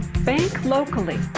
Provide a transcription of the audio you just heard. bank locally.